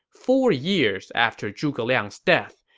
four years after zhuge liang's death.